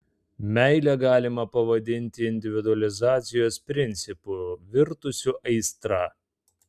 meilę galima pavadinti individualizacijos principu virtusiu aistra